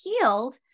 healed